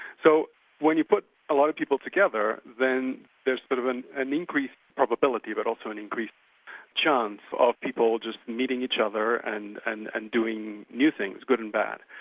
so when you put a lot of people together, then there's sort but of an an increased probability but also an increased chance of people just meeting each other and and and doing new things, good and bad.